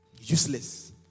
Useless